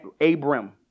Abram